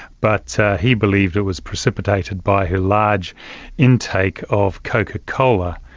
but he believed it was precipitated by her large intake of coca-cola.